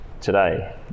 Today